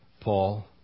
Paul